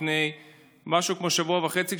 לפני משהו כמו שבוע וחצי,